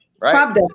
right